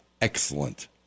excellent